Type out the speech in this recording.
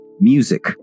music